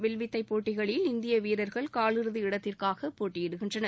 வில்வித்தை போட்டிகளில் இந்திய வீரர்கள் காலிறுதி இடத்திற்காக போட்டியிடுகின்றனர்